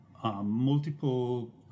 multiple